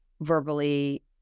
verbally